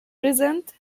present